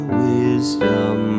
wisdom